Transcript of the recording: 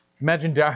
Imagine